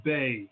Bay